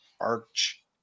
arch